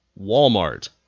Walmart